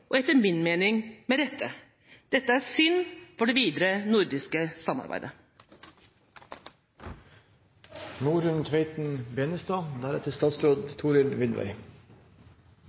– etter min mening med rette. Dette er synd for det videre nordiske